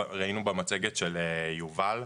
ראינו במצגת של יובל.